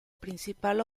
principal